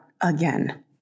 again